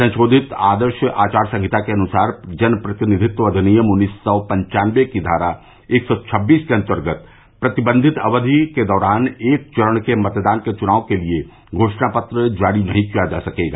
संशोधित आदर्श आचार संहिता के अनुसार जनप्रतिनिधित्व अधिनियम उन्नीस सौ पन्चानबें की धारा एक सौ छबीस के अंतर्गत प्रतिबंधित अवधि के दौरान एक चरण के मतदान के चुनाव के लिये घोषणा पत्र जारी नहीं किया जा सकेगा